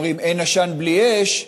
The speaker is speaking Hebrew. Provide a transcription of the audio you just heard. אומרים: אין עשן בלי אש,